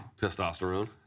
Testosterone